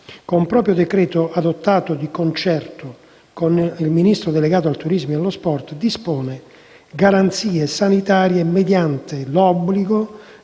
con proprio decreto, adottato di concerto con il Ministro delegato al turismo e allo sport, dispone garanzie sanitarie mediante l'obbligo